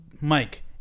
Mike